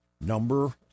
Number